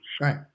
right